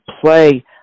play